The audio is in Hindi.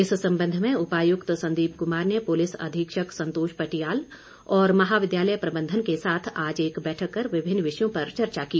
इस संबंध में उपायुक्त संदीप कुमार ने पूलिस अधीक्षक संतोष पटियाल और महाविद्यालय प्रबंधन के साथ आज एक बैठक कर विभिन्न विषयों पर चर्चा की